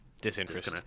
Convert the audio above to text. disinterest